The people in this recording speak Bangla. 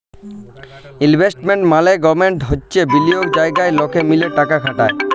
ইলভেস্টমেন্ট মাল্যেগমেন্ট হচ্যে বিলিয়গের জায়গা লকে মিলে টাকা খাটায়